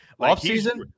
Offseason